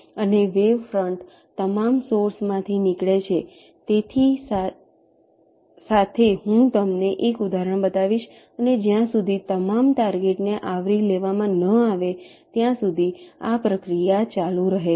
અને wave front તમામ source માંથી નીકળે છે સાથે તેથી હું તમને એક ઉદાહરણ બતાવીશ અને જ્યાં સુધી તમામ ટાર્ગેટ ને આવરી લેવામાં ન આવે ત્યાં સુધી આ પ્રક્રિયા ચાલુ રહે છે